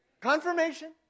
confirmation